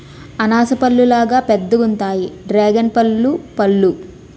అనాస పల్లులాగా పెద్దగుంతాయి డ్రేగన్పల్లు పళ్ళు